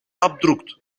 abdruckt